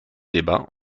débat